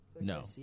no